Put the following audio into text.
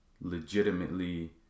legitimately